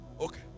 Okay